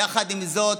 יחד עם זאת